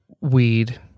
weed